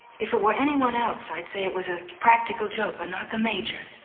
if it were anyone else i'd say it was a practical joke, but not the major.